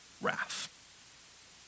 wrath